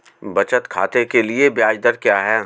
बचत खाते के लिए ब्याज दर क्या है?